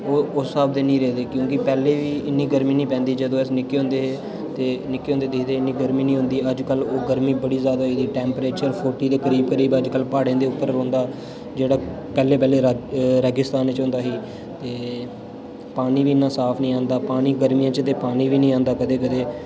ओह् उस स्हाब दे निं रेह् दे क्योंकि पैह्ले बी इ'न्नी गर्मी निं पैंदी ही जदूं अस निक्के होंदे हे ते निक्के होंदे दिक्खदे हे इ'न्नी गर्मी निं होंदी ही पर अज्ज कल ओह् गर्मी बड़ी जादा होई दी टेम्परेचर फोर्टी दे करीब करीब अज्ज कल प्हाड़े दे उप्पर उप्पर रौहंदा जेह्ड़ा पैह्ले पैह्ले रेग रेगिस्तान च होंदा ही ते पानी बी इ'न्ना साफ निं आंदा पानी गर्मियें च ते पानी बी निं आंदा कदें कदें